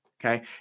Okay